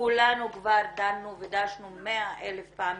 כולנו כבר דנו ודשנו מאה אלף פעמים,